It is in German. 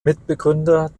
mitbegründer